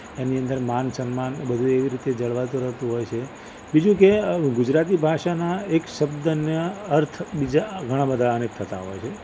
એની અંદર માન સન્માન એ બધું એવી રીતે જળવાતું રહેતું હોય છે બીજું કે ગુજરાતી ભાષાના એક શબ્દના અર્થ બીજા ઘણા બધાં અનેક થતા હોય છે